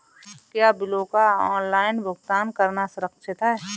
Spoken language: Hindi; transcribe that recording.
क्या बिलों का ऑनलाइन भुगतान करना सुरक्षित है?